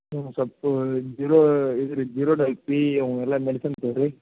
ಹ್ಞೂ ಸ್ವಲ್ಪ ಇದು ಜೀರೋ ಇದು ರೀ ಅವೆಲ್ಲ ಮೆಡಿಸಿನ್ ತಗೋಳ್ರಿ